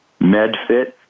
Medfit